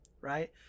right